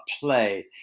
play